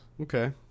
Okay